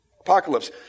Apocalypse